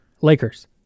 Lakers